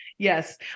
Yes